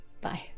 Bye